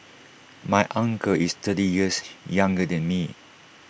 my uncle is thirty years younger than me